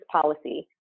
policy